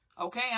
Okay